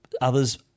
others